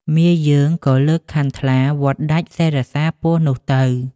មាយើងក៏លើកខាន់ថ្លាវាត់ដាច់សិរសាពស់នោះទៅ។